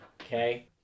Okay